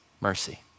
mercy